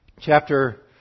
chapter